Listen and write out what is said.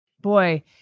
boy